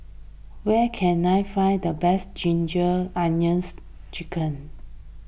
where can I find the best Ginger Onions Chicken